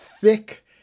thick